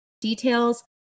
details